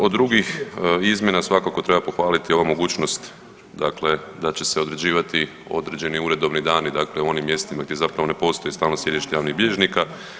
Od drugih izmjena svakako treba pohvaliti ovu mogućnost da će se određivati određeni uredovni dani dakle u onim mjestima gdje zapravo ne postoji stalno sjedište javnih bilježnika.